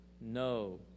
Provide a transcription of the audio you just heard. no